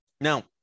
Now